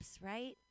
right